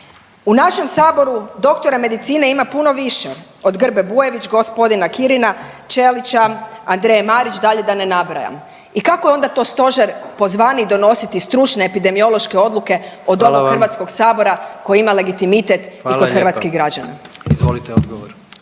U našem Saboru doktora medicine ima puno više od Grbe Bujević, g. Kirina, Ćelića, Andreje Marić dalje da ne nabrajam i kako je to onda stožer pozvaniji donositi stručne epidemiološke odluke od ovog …/Upadica predsjednik: Hvala vam./…